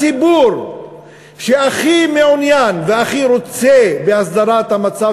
הציבור שהכי מעוניין והכי רוצה בהסדרת המצב